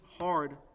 hard